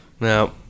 no